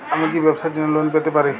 আমি কি ব্যবসার জন্য লোন পেতে পারি?